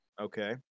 Okay